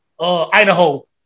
Idaho